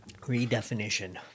redefinition